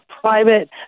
private